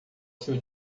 seu